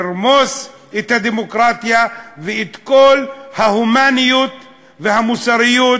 לרמוס את הדמוקרטיה ואת כל ההומניות והמוסריות